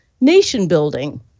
nation-building